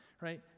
right